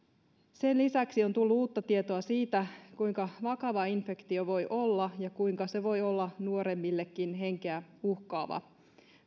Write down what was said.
sen lisäksi on tullut uutta tietoa siitä kuinka vakava infektio voi olla ja kuinka se voi olla nuoremmillekin henkeä uhkaava